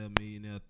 millionaire